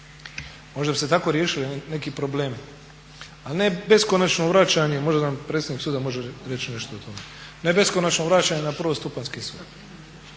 Možda bi se tako riješili neki problemi. Ali ne beskonačno vraćanje, možda nam predsjednik suda može reći nešto o tome, ne beskonačno vraćanje na prvostupanjski sud